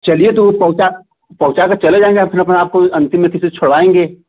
चलिए तो पहुँचा पहुँचा कर चले जाएँगे फिर अपना आपको अंतिम में किसी से छुड़वाएँगे